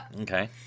Okay